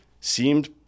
seemed